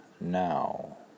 now